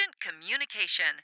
communication